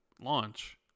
launch